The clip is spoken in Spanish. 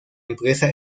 empresa